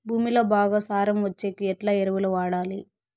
భూమిలో బాగా సారం వచ్చేకి ఎట్లా ఎరువులు వాడాలి?